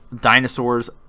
Dinosaurs